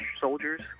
soldiers